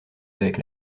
avec